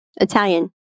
Italian